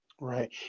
Right